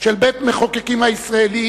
של בית-המחוקקים הישראלי